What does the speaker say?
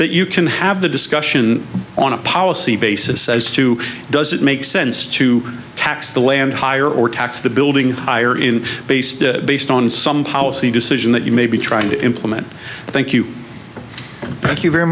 that you can have the discussion on a policy basis as to does it make sense to tax the land higher or tax the building higher in based on some policy decision that you may be trying to implement thank you thank you very